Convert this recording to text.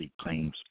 claims